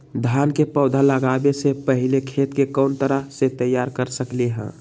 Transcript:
धान के पौधा लगाबे से पहिले खेत के कोन तरह से तैयार कर सकली ह?